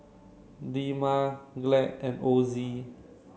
Dilmah Glad and Ozi